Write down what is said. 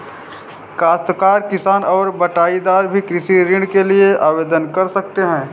काश्तकार किसान और बटाईदार भी कृषि ऋण के लिए आवेदन कर सकते हैं